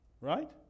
Right